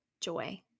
joy